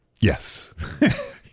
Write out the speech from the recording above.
Yes